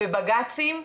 ובג"צים,